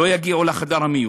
לא יגיעו לחדר המיון.